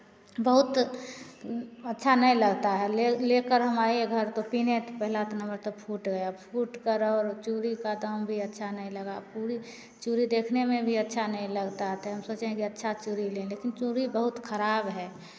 बहुत अच्छा नहीं लगता है ले लेकर हम आए घर तो पिन्हे तो पहला इतना बड़ा तो फूट गया फूटकर और चूड़ी का दाम भी अच्छा नहीं लगा पूरी चूड़ी देखने में भी अच्छा नहीं लगता तो हम सोचे हैं कि अच्छा चूड़ी लें लेकिन चूड़ी बहुत खराब है